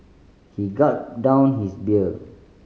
he gulped down his beer